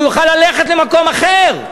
שהוא יוכל ללכת למקום אחר,